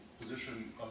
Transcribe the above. position